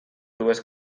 dues